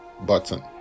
button